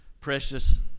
precious